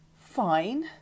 Fine